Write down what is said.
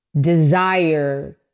desire